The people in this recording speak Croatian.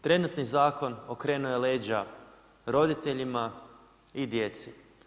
Trenutni zakon okrenuo je leđa roditeljima i djeci.